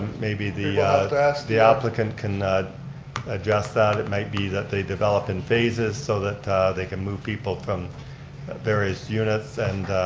maybe the rest the applicant can address that. it might be that they develop in phases so that they can move people from various units and